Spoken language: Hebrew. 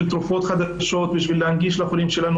תרופות חדשות בשביל להנגיש אותן לחולים שלנו.